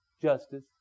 justice